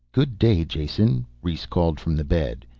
good day, jason, rhes called from the bed.